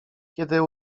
kiedy